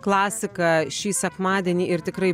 klasiką šį sekmadienį ir tikrai